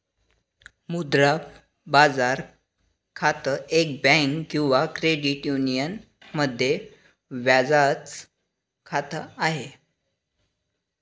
मुद्रा बाजार खातं, एक बँक किंवा क्रेडिट युनियन मध्ये व्याजाच खात आहे